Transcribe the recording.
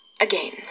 again